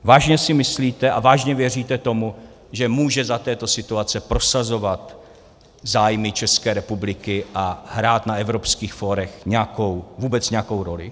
Vážně si myslíte a vážně věříte tomu, že může za této situace prosazovat zájmy České republiky a hrát na evropských fórech vůbec nějakou roli?